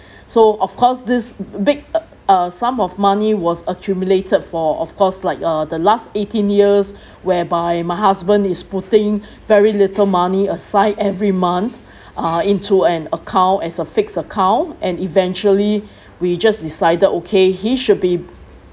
so of course this big uh sum of money was accumulated for of course like uh the last eighteen years whereby my husband is putting very little money aside every month uh into an account as a fixed account and eventually we just decided okay he should be